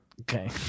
Okay